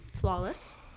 Flawless